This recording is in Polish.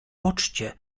poczcie